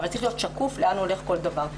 אבל צריך להיות שקוף לאן הולך כל דבר.